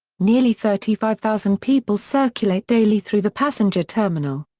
nearly thirty five thousand people circulate daily through the passenger terminal.